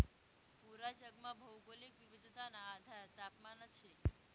पूरा जगमा भौगोलिक विविधताना आधार तापमानच शे